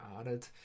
added